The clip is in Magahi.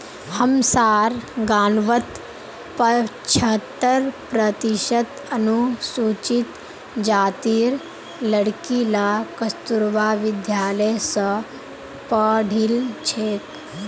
हमसार गांउत पछहत्तर प्रतिशत अनुसूचित जातीर लड़कि ला कस्तूरबा विद्यालय स पढ़ील छेक